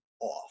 off